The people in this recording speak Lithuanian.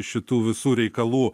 šitų visų reikalų